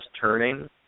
turning